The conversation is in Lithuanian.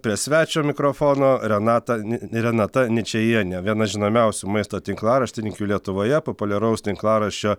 prie svečio mikrofono renata ni renata ničajienė viena žinomiausių maisto tinklaraštininkių lietuvoje populiaraus tinklaraščio